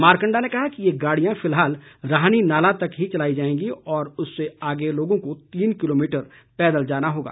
मारकंडा ने कहा कि ये गाड़ियां फिलहाल राहनी नाला तक ही चलाई जाएगी और उससे आगे लोगों को तीन किलोमीटर पैदल जाना होगा